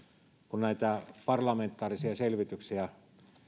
kun näitä parlamentaarisia selvityksiä